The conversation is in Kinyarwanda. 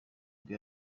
bwo